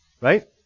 Right